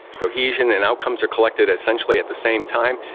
cohesion and outcomes are collected essentially at the same time,